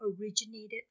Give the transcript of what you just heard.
originated